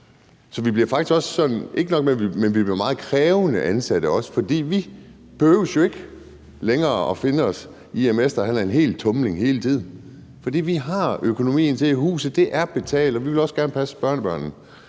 vi bliver også meget krævende ansatte, for vi behøver jo ikke længere finde os i, at mester er en tumling hele tiden, for det har vi økonomien til. Huset er betalt, og vi vil også gerne passe børnebørnene.